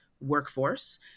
workforce